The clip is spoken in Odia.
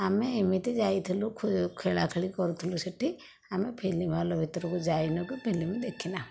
ଆମେ ଏମିତି ଯାଇଥିଲୁ ଖେଳା ଖେଳି କରୁଥିଲୁ ସେଠି ଆମେ ଫିଲ୍ମ ହଲ୍ ଭିତରକୁ ଯାଇନାହୁଁ କି ଫିଲ୍ମ ଦେଖିନାହୁଁ